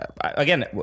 again